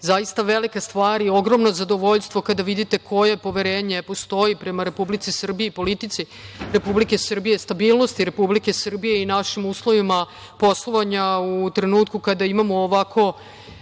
zaista velika stvar i ogromno zadovoljstvo kada vidite koje poverenje postoji prema Republici Srbiji i politici Republike Srbije, stabilnosti Republike Srbije i našim uslovima poslovanja u trenutku kada imamo ovako